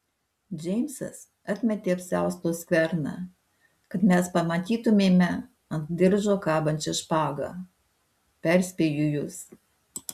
džeimsas atmetė apsiausto skverną kad mes pamatytumėme ant diržo kabančią špagą perspėju jus